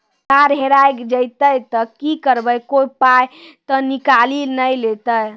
Card हेरा जइतै तऽ की करवै, कोय पाय तऽ निकालि नै लेतै?